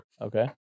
Okay